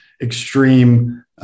extreme